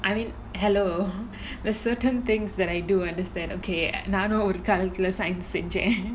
I mean hello there certain things that I do understand okay at நானு ஒரு காலத்துல:naanu oru kaalathula science செஞ்ச:senja